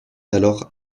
alors